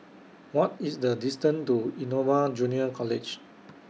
What IS The distance to Innova Junior College